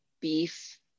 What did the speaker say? beef